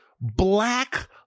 black